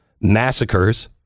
massacres